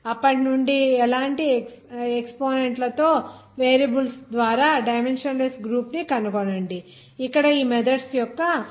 అప్పటి నుండి ఇలాంటి ఎక్స్పో నెంట్లతో వేరియబుల్స్ ద్వారా డైమెన్షన్ లెస్ గ్రూప్ ని కనుగొనండి ఇక్కడ ఈ మెథడ్స్ యొక్క ఉదాహరణలు